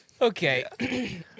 Okay